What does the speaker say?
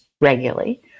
regularly